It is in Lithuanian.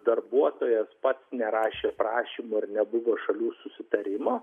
darbuotojas pats nerašė prašymo ir nebuvo šalių susitarimo